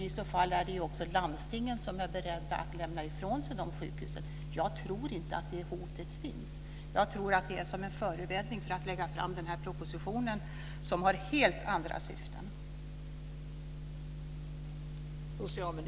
I så fall är det också så att landstingen är beredda att ta lämna ifrån sig dessa sjukhus. Jag tror inte att det hotet finns. Jag tror att det är en förevändning för att lägga fram den här propositionen, som har helt andra syften.